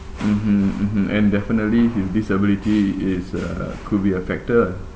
mmhmm mmhmm and definitely his disability is uh could be a factor